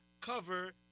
cover